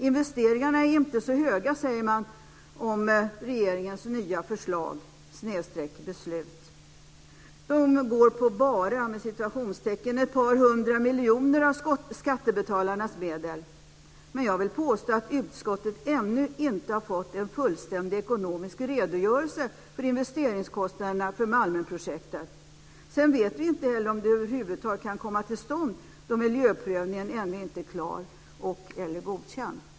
Investeringarna är inte så stora, säger man om regeringens nya förslag eller beslut. De går "bara" på ett par hundra miljoner av skattebetalarnas medel. Men jag vill påstå att utskottet ännu inte har fått en fullständig ekonomisk redogörelse för investeringskostnaderna för Malmenprojektet. Sedan vet vi inte heller om det över huvud taget kan komma till stånd, då miljöprövningen ännu inte är klar eller godkänd.